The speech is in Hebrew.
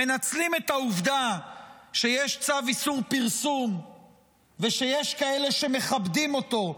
מנצלים את העובדה שיש צו איסור פרסום ושיש כאלה שמכבדים אותו,